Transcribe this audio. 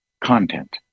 content